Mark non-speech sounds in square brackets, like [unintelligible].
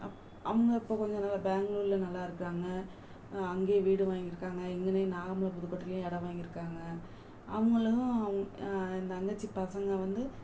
அப் அவங்க இப்போ கொஞ்சம் நல்லா பேங்க்ளூர்ல நல்லா இருக்காங்கள் அங்கேயே வீடு வாங்கிருக்காங்கள் இங்கனே [unintelligible] இடம் வாங்கிருக்காங்கள் அவங்களும் அவங் ஏன் தங்கச்சி பசங்கள் வந்து